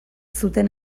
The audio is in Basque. zuten